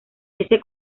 ese